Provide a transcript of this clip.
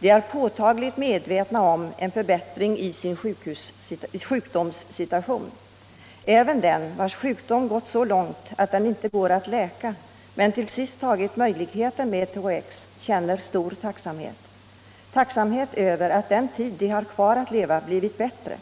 De är påtagligt medvetna om en förbättring i sin sjukdomssituation. Även de vilkas sjukdom gått så långt att den inte går att bota men som ändå till sist tagit möjligheten att pröva THX känner en stor tacksamhet, tacksamhet över att den tid de har kvar att leva blivit bättre.